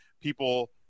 people